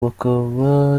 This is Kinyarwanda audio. bakaba